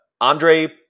Andre